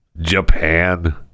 Japan